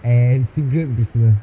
and cigarette business